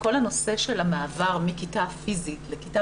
שכל הנושא של המעבר מכיתה פיסית לכיתה